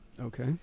Okay